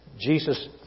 Jesus